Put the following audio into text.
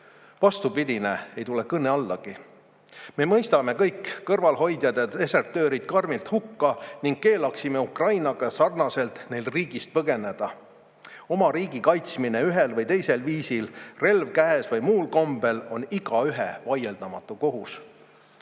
Vastupidine ei tule kõne allagi. Me mõistame kõik kõrvalehoidjad ja desertöörid karmilt hukka ning keelaksime Ukrainaga sarnaselt neil riigist põgeneda. Oma riigi kaitsmine ühel või teisel viisil, relv käes või muul kombel, on igaühe vaieldamatu kohus.